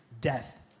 death